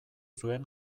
zuen